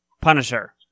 Punisher